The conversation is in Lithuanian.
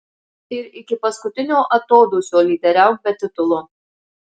ir iki paskutinio atodūsio lyderiauk be titulo